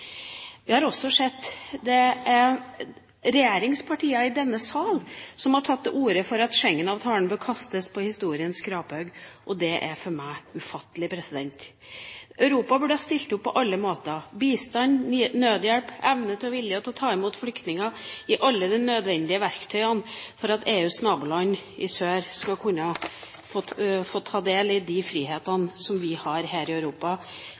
Vi har også sett at regjeringspartier i denne sal har tatt til orde for at Schengen-avtalen bør kastes på historiens skraphaug. Det er for meg ufattelig. Europa burde ha stilt opp på alle måter. Bistand, nødhjelp og evne og vilje til å ta imot flyktninger er alle nødvendige verktøy for at EUs naboland i sør skal kunne få ta del i de frihetene som vi har her i Europa.